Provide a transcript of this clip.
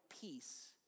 peace